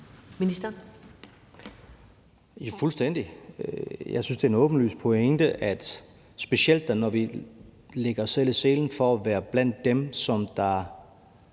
Jørgensen): Fuldstændig. Jeg synes, det er en åbenlys pointe, specielt når vi lægger os i selen for at være blandt dem, der